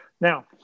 Now